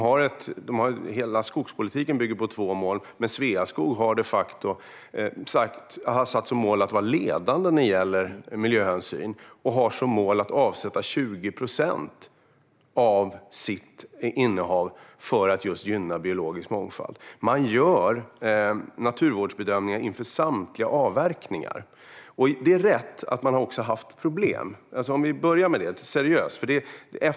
Hela skogspolitiken bygger på två mål, men Sveaskog har de facto satt som mål att vara ledande när det gäller miljöhänsyn och har som mål att avsätta 20 procent av sitt innehav för att gynna biologisk mångfald. Man gör naturvårdsbedömningar inför samtliga avverkningar. Det är riktigt att man också har haft problem. Jag ska börja med det - seriöst.